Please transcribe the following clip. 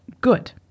good